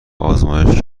آزمایش